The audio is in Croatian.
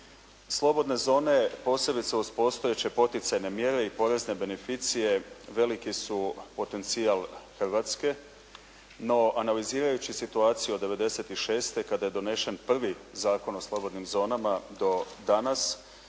Slobodne zone posebice uz postojeće poticajne mjere i porezne beneficije veliki su potencijal Hrvatske. No, analizirajući situaciju iz '96. kada je donesen prvi Zakon o slobodnim zonama do danas